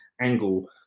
angle